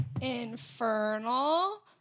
infernal